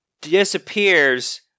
disappears